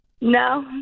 No